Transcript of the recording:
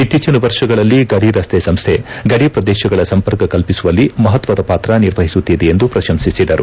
ಇತ್ತೀಚಿನ ವರ್ಷಗಳಲ್ಲಿ ಗಡಿ ರಸ್ತೆ ಸಂಸ್ಥೆ ಗಡಿ ಪ್ರದೇಶಗಳ ಸಂಪರ್ಕ ಕಲ್ಪಿಸುವಲ್ಲಿ ಮಪತ್ವದ ಪಾತ್ರ ನಿರ್ವಹಿಸುತ್ತಿದೆ ಎಂದು ಪ್ರಶಂಸಿಸಿದರು